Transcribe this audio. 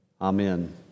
amen